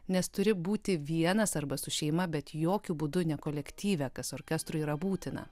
nes turi būti vienas arba su šeima bet jokiu būdu ne kolektyve kas orkestrui yra būtina